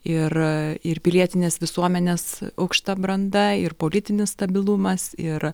ir ir pilietinės visuomenės aukšta branda ir politinis stabilumas ir